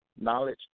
knowledge